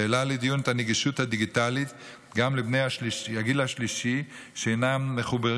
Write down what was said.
שהעלה לדיון את הנגישות הדיגיטלית גם לבני הגיל השלישי שאינם מחוברים